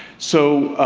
so,